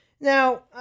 Now